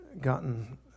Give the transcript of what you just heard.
gotten